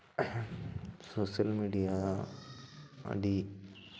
social media ᱟᱹᱰᱤ